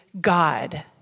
God